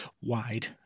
wide